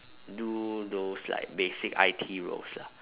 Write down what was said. do those like basic I_T roles lah